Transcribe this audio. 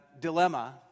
dilemma